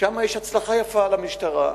שם יש הצלחה יפה למשטרה.